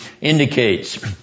indicates